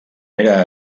era